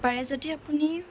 পাৰে যদি আপুনি